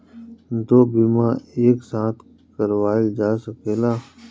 दो बीमा एक साथ करवाईल जा सकेला?